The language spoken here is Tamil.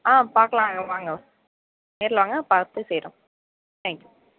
ஆ பார்க்கலாங்க வாங்க நேரில் வாங்க பார்த்து செய்கிறோம் தேங்க் யூ